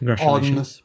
on